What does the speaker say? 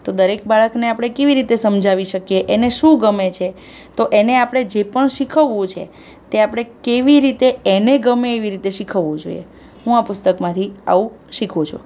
તો દરેક બાળકને આપણે કેવી રીતે સમજાવી શકીએ એને શું ગમે છે તો એને આપણે જે પણ શીખવવું છે તે આપણે કેવી રીતે એને ગમે એવી રીતે શીખવવું જોઈએ હું આ પુસ્તકમાંથી આવું શીખું છું